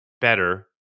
better